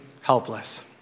helpless